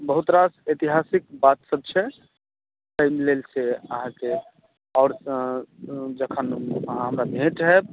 बहुत रास ऐतिहासिक बात सब छै ताहि लेल से अहाँ के आओर जखन अहाँ हमरा सॅं भेट होयब